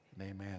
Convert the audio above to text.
amen